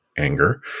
Anger